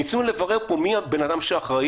ניסינו לברר פה מי הבן אדם שאחראי,